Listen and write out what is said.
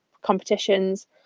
competitions